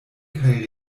kaj